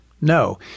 No